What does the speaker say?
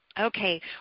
Okay